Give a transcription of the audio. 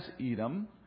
Edom